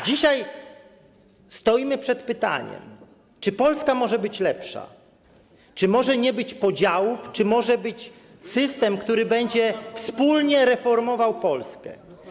Dzisiaj stoimy przed pytaniem: Czy Polska może być lepsza, czy może nie być podziałów, czy może być system, który będzie wspólnie reformował Polskę?